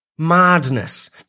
madness